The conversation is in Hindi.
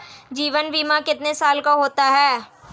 जीवन बीमा कितने साल का होता है?